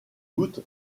doute